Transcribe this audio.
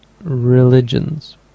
religions